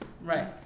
Right